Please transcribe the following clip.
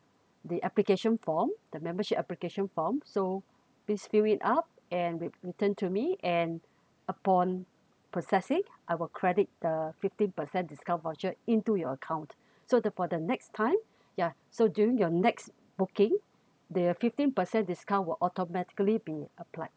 the application form the membership application form so please fill it up and return to me and upon processing I will credit the fifteen percent discount voucer into your account so the for the next time yeah so during your next booking the fifteen percent discount will automatically be applied